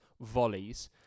volleys